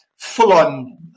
full-on